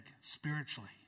spiritually